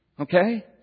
Okay